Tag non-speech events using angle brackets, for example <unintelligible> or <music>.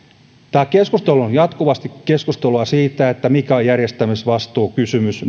keskustelu on jatkuvasti keskustelua siitä mikä on järjestämisvastuukysymys <unintelligible>